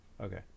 Okay